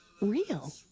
Real